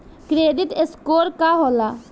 Credit score का होला?